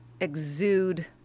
exude